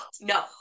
no